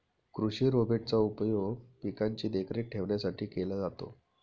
कृषि रोबोट चा उपयोग पिकांची देखरेख ठेवण्यासाठी केला जातो